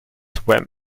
swam